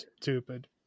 stupid